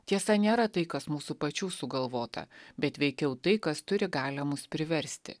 tiesa nėra tai kas mūsų pačių sugalvota bet veikiau tai kas turi galią mus priversti